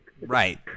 Right